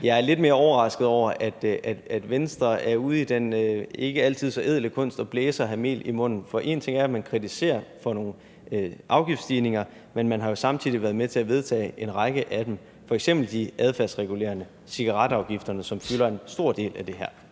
jeg er lidt mere overrasket over, at Venstre er ude i den ikke altid så ædle kunst at blæse og have mel i munden. For én ting er, at man kommer med kritik af nogle afgiftsstigninger, men man har jo samtidig været med til at vedtage en række af dem, f.eks. de adfærdsregulerende som cigaretafgifterne, som fylder en stor del af det her.